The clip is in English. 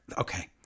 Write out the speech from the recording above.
okay